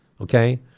okay